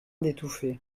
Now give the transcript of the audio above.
d’étouffer